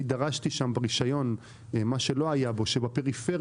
אני דרשתי שברישיון מה שלא היה בו ייאמר שבפריפריה,